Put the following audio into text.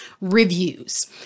reviews